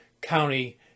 county